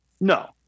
No